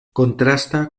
contrasta